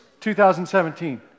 2017